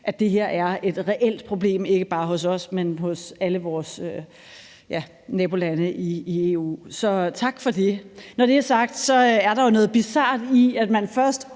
EU: Det her er et reelt problem ikke bare hos os, men hos alle vores nabolande i EU. Så tak for det. Når det er sagt, er der jo noget bizart i, at man først